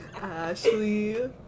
Ashley